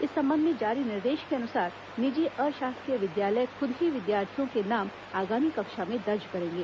इस संबंध में जारी निर्देश के अनुसार निजी अशासकीय विद्यालय खुद ही विद्यार्थियों के नाम आगामी कक्षा में दर्ज करेंगे